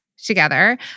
together